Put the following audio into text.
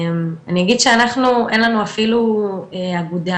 אני אגיד שאנחנו אין לנו אפילו אגודה,